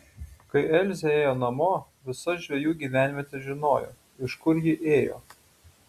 kai elzė ėjo namo visa žvejų gyvenvietė žinojo iš kur ji ėjo